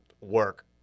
work